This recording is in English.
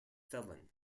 felon